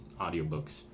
audiobooks